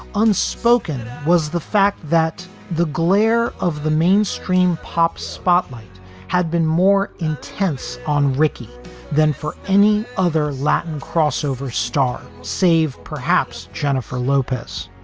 unspoken was the fact that the glare of the mainstream pop spotlight had been more intense on ricki than for any other latin crossover star save, perhaps jennifer lopez.